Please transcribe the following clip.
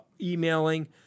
emailing